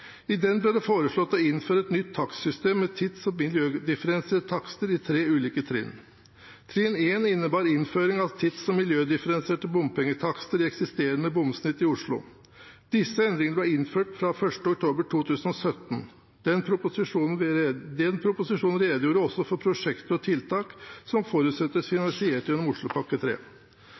I den ble det foreslått å innføre et nytt takstsystem med tids- og miljødifferensierte takster i tre ulike trinn. Trinn 1 innebar innføring av tids- og miljødifferensierte bompengetakster i eksisterende bomsnitt i Oslo. Disse endringene ble innført fra 1. oktober 2017. Proposisjonen redegjorde også for prosjekter og tiltak som forutsettes finansiert gjennom Oslopakke